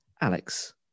Alex